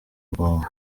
ubwonko